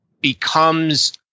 becomes